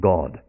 God